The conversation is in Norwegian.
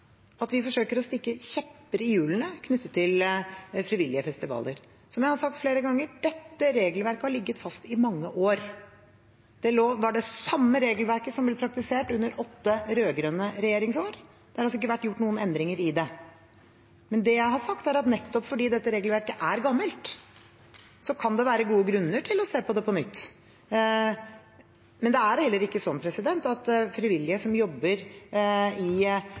at vi forsøker å stikke kjepper i hjulene knyttet til frivillige festivaler. Som jeg har sagt flere ganger, har dette regelverket ligget fast i mange år. Det var det samme regelverket som ble praktisert under åtte rød-grønne regjeringsår. Det har altså ikke vært gjort noen endringer i det. Det jeg har sagt, er at nettopp fordi dette regelverket er gammelt, kan det være gode grunner til å se på det på nytt. Det er heller ikke sånn at frivillige som jobber